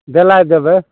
देलाइ देबै